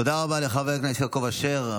תודה רבה לחבר הכנסת יעקב אשר.